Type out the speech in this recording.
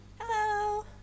Hello